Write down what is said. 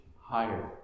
higher